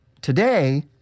Today